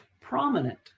prominent